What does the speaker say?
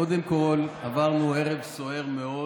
קודם כול, עברנו ערב סוער מאוד,